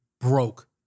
broke